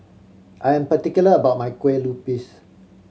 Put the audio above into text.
I am particular about my Kueh Lupis